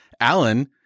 Alan